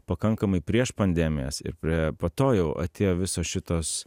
pakankamai prieš pandemijas ir prie po to jau atėjo visos šitos